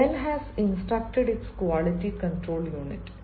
ഡൽ ഹാസ് instructor quality control unit